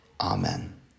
Amen